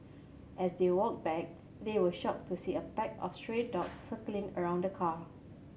as they walked back they were shocked to see a pack of stray dogs circling around the car